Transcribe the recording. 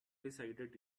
decided